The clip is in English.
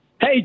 Hey